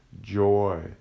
joy